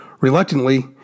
Reluctantly